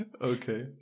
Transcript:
okay